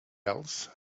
else